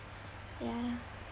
ya